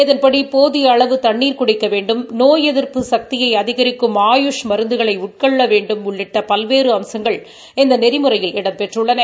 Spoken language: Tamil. இதன்படி போதிய அளவு தண்ணீர் குடிக்க வேண்டும் நோய் எதிர்ப்பு சக்தியை அதிகிக்கும் ஆயூஷ் மருந்துகளை உட்கொள்ள வேண்டும் உள்ளிட்ட பல்வேறு அம்சங்கள் இந்த நெறிமுறையில் இடம்பெற்றுள்ளன